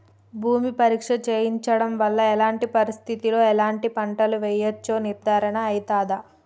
భూమి పరీక్ష చేయించడం వల్ల ఎలాంటి పరిస్థితిలో ఎలాంటి పంటలు వేయచ్చో నిర్ధారణ అయితదా?